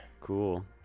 Cool